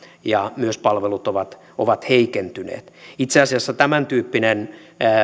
ja myös palvelut ovat ovat heikentyneet itse asiassa tämäntyyppinen